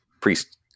priest